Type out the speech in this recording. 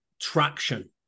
traction